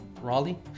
Raleigh